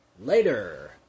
later